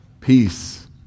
peace